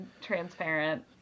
transparent